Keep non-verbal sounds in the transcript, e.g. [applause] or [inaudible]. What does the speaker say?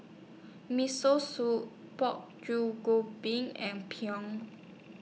Miso Soup Pork [unintelligible] and [unintelligible]